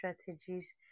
strategies